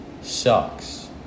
sucks